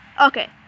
Okay